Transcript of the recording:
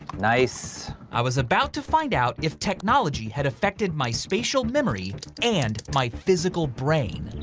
nice. i was about to find out if technology had affected my spatial memory and my physical brain.